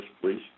please